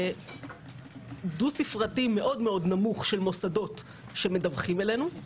דו ספרתי מאוד נמוך של מוסדות שמדווחים לנו.